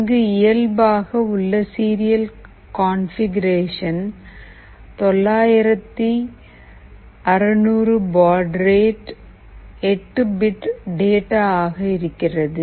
இங்கு இயல்பாக உள்ள serial configuration 9600 baud rate 8 bit data ஆக இருக்கிறது